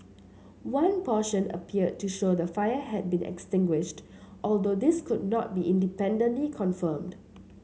one portion appeared to show the fire had been extinguished although this could not be independently confirmed